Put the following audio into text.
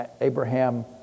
Abraham